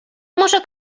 może